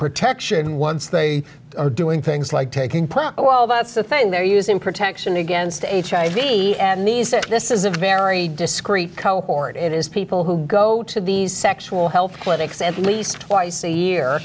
protection once they are doing things like taking plan well that's the thing they're using protection against h i c and these said this is a very discreet cohort it is people who go to these sexual health clinics and least twice a year